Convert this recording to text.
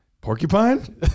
porcupine